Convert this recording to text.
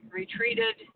retreated